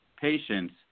patients